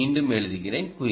அதை மீண்டும் எழுதுகிறேன்